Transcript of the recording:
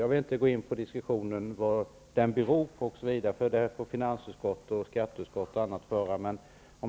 Jag vill inte gå in på diskussionen om vad det beror på, utan den debatten får föras av ledamöterna i finansutskottet och skatteutskottet.